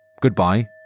goodbye